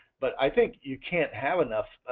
but i think you can't have enough,